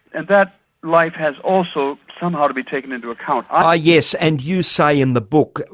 and that life has also somehow to be taken into account. ah yes, and you say in the book,